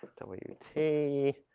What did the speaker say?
w, t.